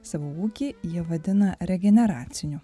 savo ūkį jie vadina regeneraciniu